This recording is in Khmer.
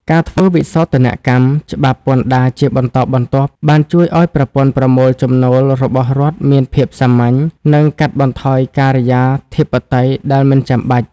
ការធ្វើវិសោធនកម្មច្បាប់ពន្ធដារជាបន្តបន្ទាប់ បានជួយឱ្យប្រព័ន្ធប្រមូលចំណូលរបស់រដ្ឋមានភាពសាមញ្ញ និងកាត់បន្ថយការិយាធិបតេយ្យដែលមិនចាំបាច់។